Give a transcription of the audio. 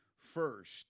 first